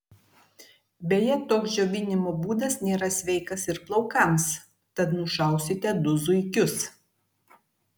beje toks džiovinimo būdas nėra sveikas ir plaukams tad nušausite du zuikius